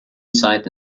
site